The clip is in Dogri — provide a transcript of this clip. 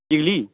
हिल्ली